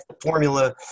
formula